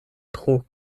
tro